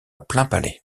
plainpalais